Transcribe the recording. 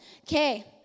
Okay